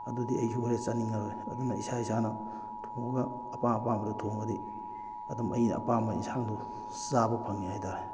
ꯑꯗꯨꯗꯤ ꯑꯩꯁꯨ ꯍꯦꯛ ꯆꯥꯅꯤꯡꯉꯔꯣꯏ ꯑꯗꯨꯅ ꯏꯁꯥ ꯏꯁꯥꯅ ꯊꯣꯡꯉꯒ ꯑꯄꯥꯝ ꯑꯄꯥꯝꯕꯗꯣ ꯊꯣꯡꯉꯒꯗꯤ ꯑꯗꯨꯝ ꯑꯩ ꯑꯄꯥꯝꯕ ꯑꯦꯟꯁꯥꯡꯗꯣ ꯆꯥꯕ ꯐꯪꯉꯦ ꯍꯥꯏ ꯇꯥꯔꯦ